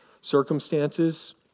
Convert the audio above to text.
circumstances